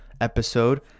episode